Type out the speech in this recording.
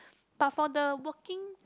but for the working